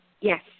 Yes